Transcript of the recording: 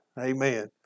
Amen